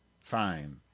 Fine